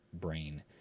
brain